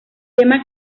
tema